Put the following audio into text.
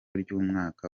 ry’umwaka